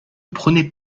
prenez